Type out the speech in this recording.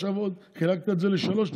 עכשיו עוד חילקת את זה לשלוש,